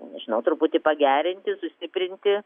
nežinau truputį pagerinti sustiprinti